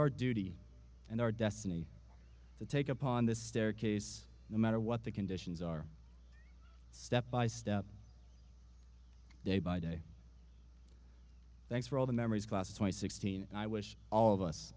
our duty and our destiny to take upon this staircase no matter what the conditions are step by step day by day thanks for all the memories class twice sixteen i wish all of us